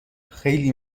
خیلی